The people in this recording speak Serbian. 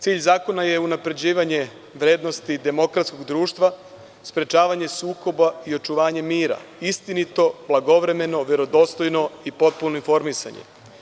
Cilj zakona je unapređivanje vrednosti demokratskog društva, sprečavanje sukoba i očuvanje mira, istinito, blagovremeno, verodostojno i potpuno informisanje.